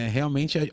Realmente